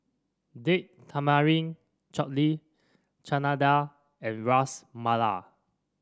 Date Tamarind Chutney Chana Dal and Ras Malai